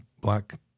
Black